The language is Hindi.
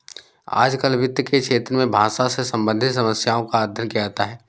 आजकल वित्त के क्षेत्र में भाषा से सम्बन्धित समस्याओं का अध्ययन किया जाता है